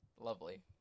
lovely